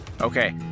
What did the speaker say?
Okay